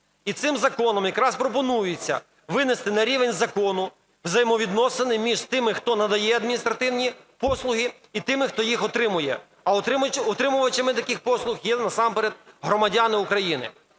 І цим законом якраз пропонується винести на рівень закону взаємовідносини між тими хто надає адміністративні послуги і тими хто їх отримує. А отримувачами таких послуг є насамперед громадяни України.